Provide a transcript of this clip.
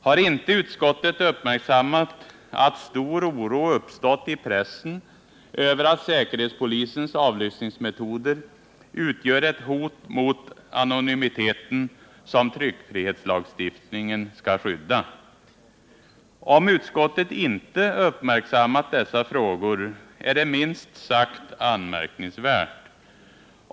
Har inte utskottet uppmärksammat att stor oro uppstått i pressen över att säkerhetspolisens avlyssningsmetoder utgör ett hot mot anonymiteten, som tryckfrihetslagstiftningen skall skydda? Om utskottet inte uppmärksammat dessa frågor är det minst sagt anmärkningsvärt.